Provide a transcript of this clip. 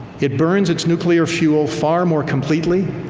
it burns its nuclear fuel far more completely,